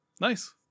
Nice